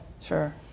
Sure